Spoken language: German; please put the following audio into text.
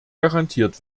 garantiert